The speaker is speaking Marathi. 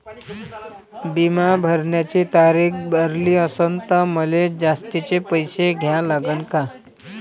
बिमा भराची तारीख भरली असनं त मले जास्तचे पैसे द्या लागन का?